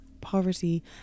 poverty